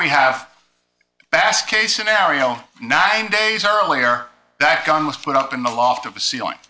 we have bass case scenario nine days earlier that gun was put up in the loft of a ceiling